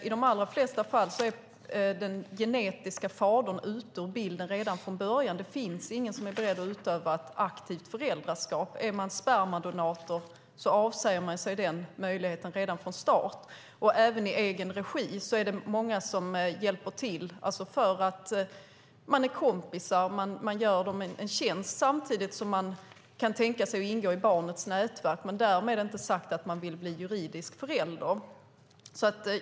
I de allra flesta fallen är den genetiska fadern ute ur bilden från början, det finns alltså ingen annan som är beredd att utöva ett aktivt föräldraskap. Är man spermadonator avsäger man sig ju den möjligheten redan från start. Även vid befruktningar i egen regi är det ofta vänner som hjälper till - man är kompis till paret och gör dem en tjänst. Man kan tänka sig att ingå i barnets nätverk men därmed inte sagt att man vill bli juridisk förälder.